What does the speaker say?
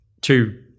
two